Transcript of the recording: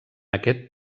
aquest